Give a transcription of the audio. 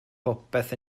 popeth